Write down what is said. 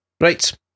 Right